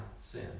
sin